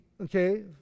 okay